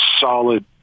solid